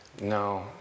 No